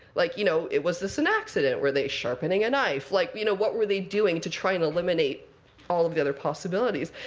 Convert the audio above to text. like you know was this an accident? were they sharpening a knife? like you know what were they doing, to try and eliminate all of the other possibilities?